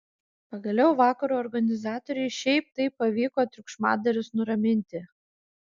pagaliau vakaro organizatoriui šiaip taip pavyko triukšmadarius nuraminti